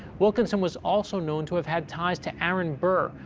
wilkinson was also known to have had ties to aaron burr,